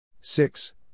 six